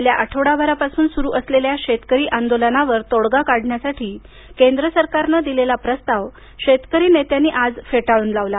गेल्या आठवडाभरापासून सुरू असलेल्या शेतकरी आंदोलनावर तोडगा काढण्यासाठी केंद्र सरकारनं दिलेला प्रस्ताव शेतकरी नेत्यांनी आज फेटाळून लावला